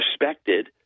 respected